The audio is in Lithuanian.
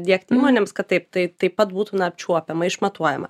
diegti įmonėms kad taip tai taip pat būtų na apčiuopiama išmatuojama